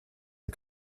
the